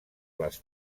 les